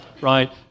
right